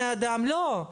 מתי לדעתך יהיו תשובות?